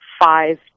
five